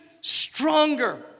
stronger